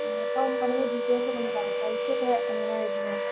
ആ അപ്പം അതിൻ്റെ ഡീറ്റെയിൽസ ഒക്കെ ഒന്ന് പറയുമോ പ്രൈസൊക്ക എങ്ങനെയാണ് വരുന്നത്